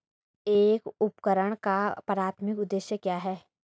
एक उपकरण का प्राथमिक उद्देश्य क्या है?